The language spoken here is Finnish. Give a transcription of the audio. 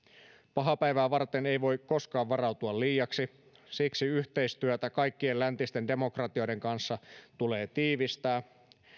pahaa päivää varten ei voi koskaan varautua liiaksi siksi yhteistyötä kaikkien läntisten demokratioiden kanssa tulee tiivistää